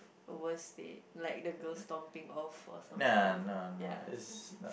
worst date like the girl stomping off or something yes